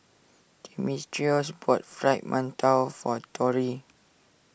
Dimitrios bought Fried Mantou for Tori